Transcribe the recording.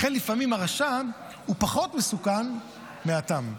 לכן לפעמים הרשע הוא פחות מסוכן מהתם.